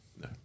No